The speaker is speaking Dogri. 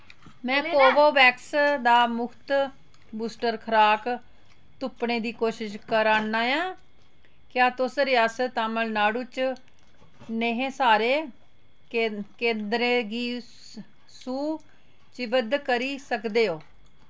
में कोवोवैक्स दा मुख्त बूस्टर खराक तुप्पने दी कोशश करा ना आं क्या तुस रियासत तमिलनाडु च नेहे सारे कें केंदरें गी सू चीबद्ध करी सकदे ओ